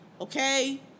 Okay